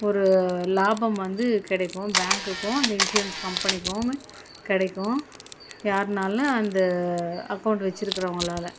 ஒரு லாபம் வந்து கிடைக்கும் பேங்க்குக்கும் அந்த இன்சூரன்ஸ் கம்பெனிக்கும் கிடைக்கும் யார்னாலனால் அந்த அக்கௌண்ட் வச்சிருக்கிறவங்களால